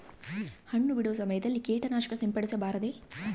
ಹಣ್ಣು ಬಿಡುವ ಸಮಯದಲ್ಲಿ ಕೇಟನಾಶಕ ಸಿಂಪಡಿಸಬಾರದೆ?